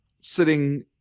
sitting